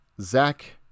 Zach